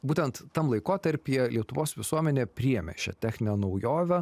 būtent tam laikotarpyje lietuvos visuomenė priėmė šią techninę naujovę